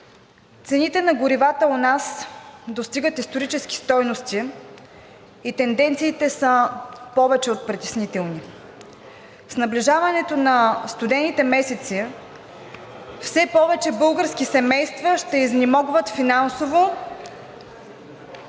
Цените на горивата у нас достигат исторически стойности и тенденциите са повече от притеснителни. С наближаването на студените месеци все повече български семейства ще изнемогват финансово